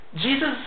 Jesus